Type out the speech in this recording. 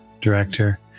director